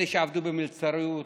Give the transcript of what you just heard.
אלה שעבדו במלצרות,